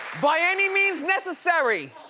by any means necessary!